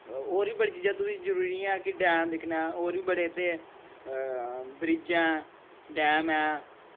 होर बी बड़ी चीजां तुस जरूरी नि ऐ कि डैम दे कन्नै होर बी बड़े इत्थें ब्रिज ऐ डैम ऐ